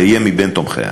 אהיה בין תומכיה.